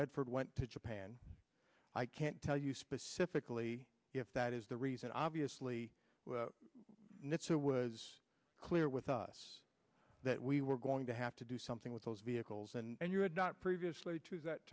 medford went to japan i can't tell you specifically if that is the reason obviously nitsa was clear with us that we were going to have to do something with those vehicles and you had not previously to that